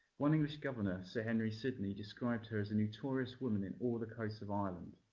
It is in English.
one english governor, sir henry sidney, described her as a notorious woman in all of the coasts of ireland.